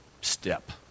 step